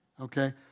okay